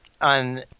on